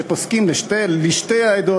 שפוסקים לשתי העדות.